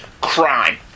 Crime